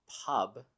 pub